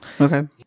Okay